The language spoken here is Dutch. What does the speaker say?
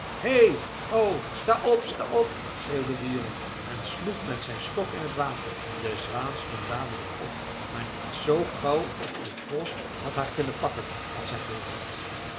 hei ho sta op sta op schreeuwde de jongen en sloeg met zijn stok in t water de zwaan stond dadelijk op maar niet z gauw of de vos had haar kunnen pakken als hij gewild had